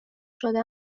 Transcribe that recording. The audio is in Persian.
شده